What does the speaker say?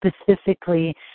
specifically